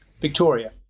Victoria